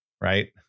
right